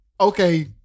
okay